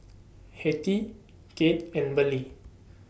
Hattie Kade and Burleigh